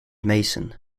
meissen